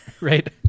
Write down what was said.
Right